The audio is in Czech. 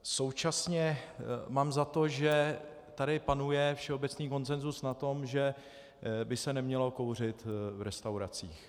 Současně mám za to, že tady panuje všeobecný konsenzus na tom, že by se nemělo kouřit v restauracích.